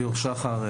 ליאור שחר,